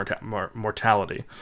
mortality